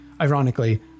Ironically